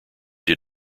did